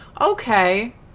Okay